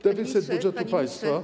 Deficyt budżetu państwa.